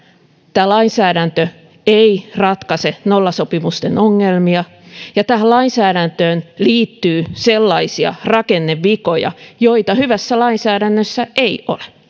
tämä lainsäädäntö ei ratkaise nollasopimusten ongelmia ja tähän lainsäädäntöön liittyy sellaisia rakennevikoja joita hyvässä lainsäädännössä ei ole